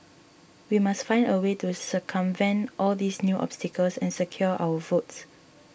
we must find a way to circumvent all these new obstacles and secure our votes